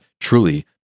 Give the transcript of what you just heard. truly